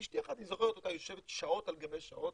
אני זוכר את אשתי יושבת שעות על גבי שעות,